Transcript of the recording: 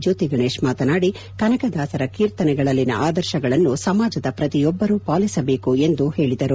ಜ್ಯೋತಿಗಣೇಶ್ ಮಾತನಾಡಿ ಕನಕದಾಸರ ಕೀರ್ತನೆಗಳಲ್ಲಿನ ಆದರ್ತಗಳನ್ನು ಸಮಾಜದ ಪ್ರತಿಯೊಬ್ಬರೂ ಪಾಲಿಸಬೇಕು ಎಂದು ಹೇಳಿದರು